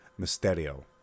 Mysterio